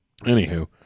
anywho